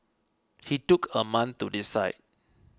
he took a month to decide